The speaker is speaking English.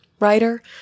Writer